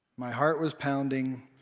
my heart was pounding,